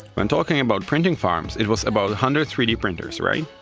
when talking about printing farms, it was about hundred three d printers, right?